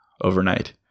overnight